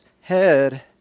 head